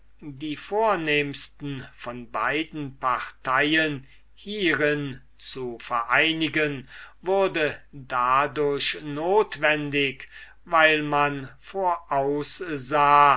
die vornehmsten von beiden parteien hierin zu vereinigen wurde dadurch notwendig weil man voraus